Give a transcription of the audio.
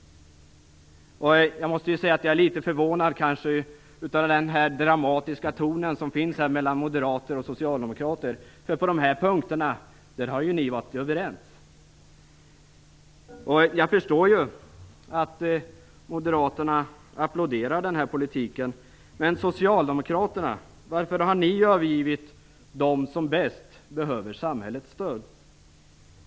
Jag måste säga att jag är litet förvånad över den dramatiska tonen mellan moderater och socialdemokrater, som ju har varit överens på de här punkterna. Jag förstår att moderaterna applåderar den här politiken, men varför har ni socialdemokrater övergivit dem som bäst behöver samhällets stöd?